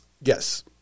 Yes